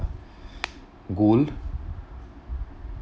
gold